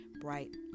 bright